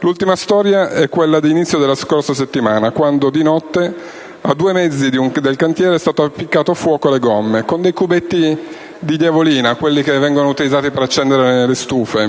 L'ultima storia è quella dell'inizio della scorsa settimana, quando di notte a due mezzi del cantiere è stato appiccato fuoco alle gomme, con dei cubetti di "diavolina", quelli utilizzati per accendere le stufe.